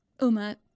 Uma